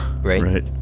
right